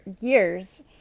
years